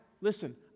listen